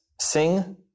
Sing